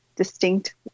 Distinct